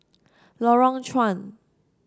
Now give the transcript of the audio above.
Lorong Chuan